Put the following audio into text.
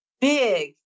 big